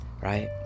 right